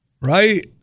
Right